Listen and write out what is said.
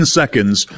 seconds